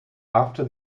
after